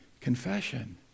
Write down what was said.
confession